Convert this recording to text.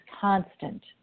constant